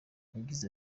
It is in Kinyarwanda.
yagize